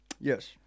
Yes